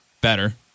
better